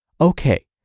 Okay